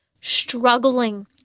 struggling